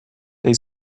they